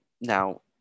now